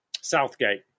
Southgate